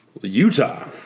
Utah